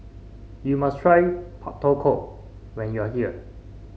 you must try Pak Thong Ko when you are here